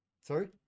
Sorry